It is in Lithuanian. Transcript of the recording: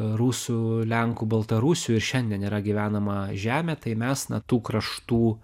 rusų lenkų baltarusių ir šiandien yra gyvenama žemė tai mes na tų kraštų